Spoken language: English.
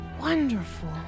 wonderful